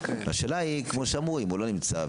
השאלה היא מה קורה אם הוא לא נמצא,